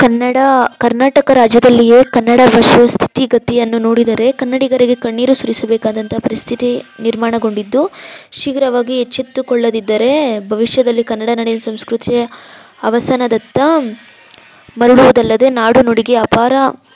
ಕನ್ನಡ ಕರ್ನಾಟಕ ರಾಜ್ಯದಲ್ಲಿಯೇ ಕನ್ನಡ ಸ್ಥಿತಿ ಗತಿಗಳನ್ನು ನೋಡಿದರೆ ಕನ್ನಡಿಗರಿಗೆ ಕಣ್ಣೀರು ಸುರಿಸಬೇಕಾದಂತಹ ಪರಿಸ್ಥಿತಿ ನಿರ್ಮಾಣಗೊಂಡಿದ್ದು ಶೀಘ್ರವಾಗಿ ಎಚ್ಚೆತ್ತುಕೊಳ್ಳದಿದ್ದರೆ ಭವಿಷ್ಯದಲ್ಲಿ ಕನ್ನಡ ನಾಡಿನ ಸಂಸ್ಕೃತಿ ಅವಸಾನದತ್ತ ಮರಳುವುದಲ್ಲದೆ ನಾಡು ನುಡಿಗೆ ಅಪಾರ